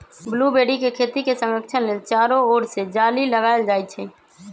blueberry के खेती के संरक्षण लेल चारो ओर से जाली लगाएल जाइ छै